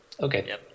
okay